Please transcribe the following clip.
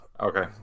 Okay